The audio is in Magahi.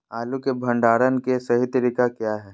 आलू के भंडारण के सही तरीका क्या है?